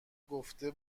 گفته